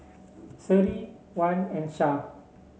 Seri Wan and Syah